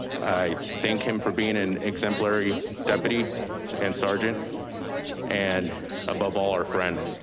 i thank him for being an exemplary deputy and sergeant and above all our friend.